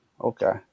okay